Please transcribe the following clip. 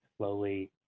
slowly